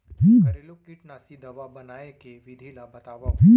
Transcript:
घरेलू कीटनाशी दवा बनाए के विधि ला बतावव?